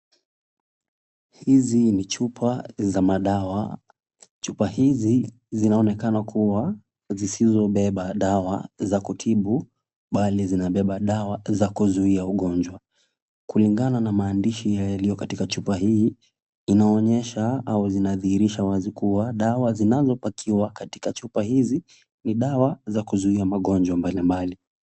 Hizi ni chupa za madawa. Chupa hizi zinaonekana kuwa zisizobeba dawa za kutibu bali zinabeba dawa za kuzuia ugonjwa. Kulingana na maandishi yaliyo katika chupa hii zinaonyesha au zinazodhihirisha wazi kuwa dawa zinazopakiwa katika chupa hizi ni dawa za kuzuia magonjwa mbalimbali.